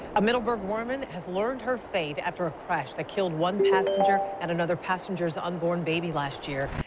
middle burg woman has learned her fate after a crash that killed one passenger and another passenger unborn baby last year.